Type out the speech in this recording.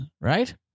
right